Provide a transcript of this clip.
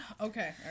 Okay